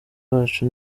bacu